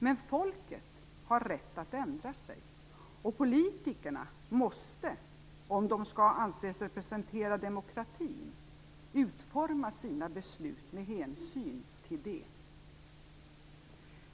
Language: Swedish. Men folket har rätt att ändra sig, och politikerna måste, om de skall anse sig representera demokratin, utforma sina beslut med hänsyn till det.